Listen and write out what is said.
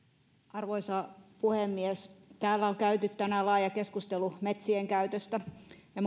arvoisa puhemies täällä on käyty tänään laaja keskustelu metsienkäytöstä ja